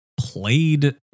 played